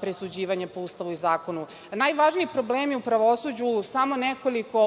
presuđivanje po Ustavu i zakonu. Najvažniji problemi u pravosuđu, samo nekoliko, u